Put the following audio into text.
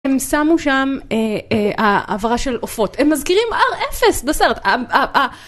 הם שמו שם העברה של עופות, הם מזכירים R0 בסרט.